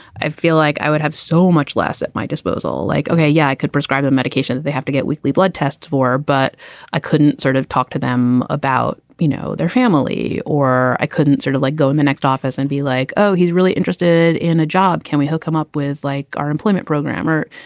i feel like i would have so much less at my disposal. like, okay, yeah, i could prescribe medication that they have to get weekly blood tests for, but i couldn't sort of talk to them about, you know, their family or i couldn't sort of like go in the next office and be like, oh, he's really interested in a job. can we hook him up with like our employment program or,